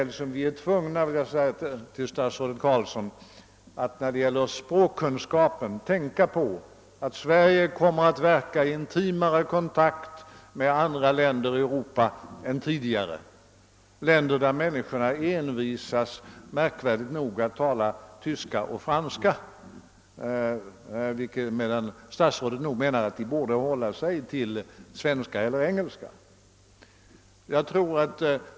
På samma sätt är vi när det gäller språkkunskaperna tvungna — det vill jag säga till statsrådet Carlsson — att tänka på att Sverige kommer att verka i intimare kontakt än tidigare med andra länder i Europa, länder där människorna märkvärdigt nog envisas med att tala tyska och franska, medan statsrådet tycks mena att de borde hålla sig till svenska eller engelska.